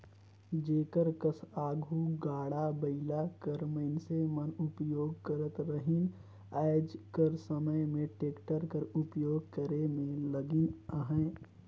जेकर कस आघु गाड़ा बइला कर मइनसे मन उपियोग करत रहिन आएज कर समे में टेक्टर कर उपियोग करे में लगिन अहें